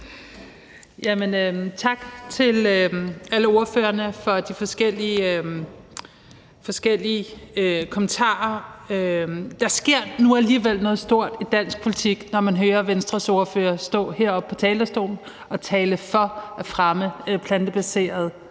tak til alle ordførerne for de forskellige kommentarer. Der sker nu alligevel noget stort i dansk politik, når man hører Venstres ordfører stå heroppe på talerstolen og tale for at fremme plantebaserede